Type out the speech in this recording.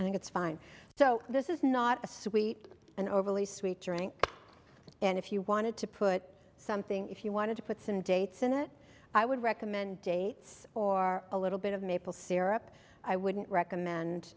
i think it's fine so this is not a sweet and overly sweet drink and if you wanted to put something if you wanted to put some dates in it i would recommend dates or a little bit of maple syrup i wouldn't recommend